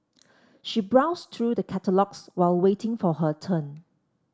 she browsed through the catalogues while waiting for her turn